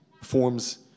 forms